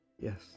Yes